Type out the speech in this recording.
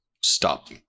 stop